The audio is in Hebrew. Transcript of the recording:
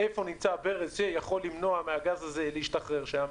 איפה נמצא הברז שיכול למנוע מהגז הזה להשתחרר שם.